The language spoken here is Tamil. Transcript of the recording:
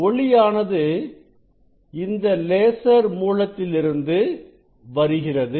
ஒளியானது இந்த லேசர் மூலத்திலிருந்து வருகிறது